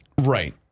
right